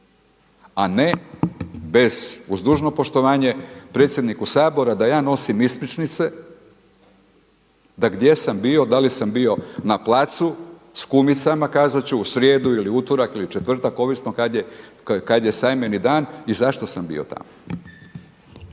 a ne bez, uz dužno poštovanje, predsjedniku Sabora da ja nosim ispričnice da gdje sam bio, da li sam bio na placu sa kumicama, kazati ću u srijedu ili utorak ili četvrtak, ovisno kada je sajmeni dan i zašto sam bio tamo.